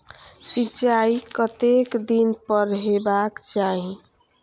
सिंचाई कतेक दिन पर हेबाक चाही?